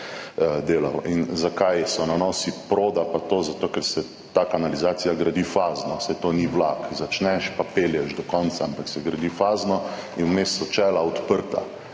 In zakaj so nanosi proda? Pa to zato, ker se ta kanalizacija gradi fazno. Saj to ni vlak, začneš pa pelješ do konca, ampak se gradi fazno in vmes so čela odprta.